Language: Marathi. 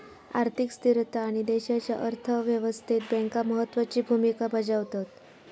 आर्थिक स्थिरता आणि देशाच्या अर्थ व्यवस्थेत बँका महत्त्वाची भूमिका बजावतत